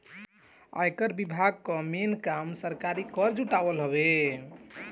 आयकर विभाग कअ मेन काम सरकार खातिर कर जुटावल हवे